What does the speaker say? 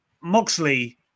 Moxley